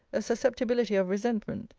a susceptibility of resentment,